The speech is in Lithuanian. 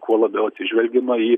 kuo labiau atsižvelgiama į